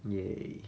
ya